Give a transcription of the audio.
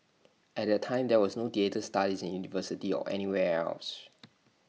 at that time there was no theatre studies in university or anywhere else